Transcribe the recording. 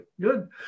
Good